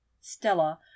stella